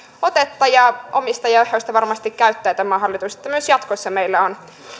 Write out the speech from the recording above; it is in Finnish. otetta omistajaohjausta varmasti käyttää tämä hallitus jotta myös jatkossa meillä on